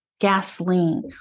gasoline